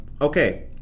okay